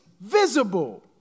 visible